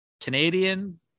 Canadian